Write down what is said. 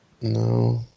No